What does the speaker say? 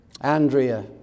Andrea